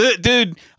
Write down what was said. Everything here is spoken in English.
Dude